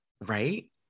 Right